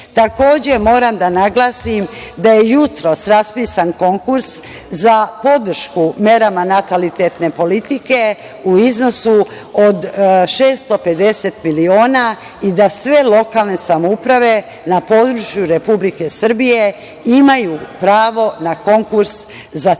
Takođe, moram da naglasim da je jutros raspisan konkurs za podršku merama natalitetne politike u iznosu od 650 miliona i da sve lokalne samouprave na području Republike Srbije imaju pravo na konkurs za te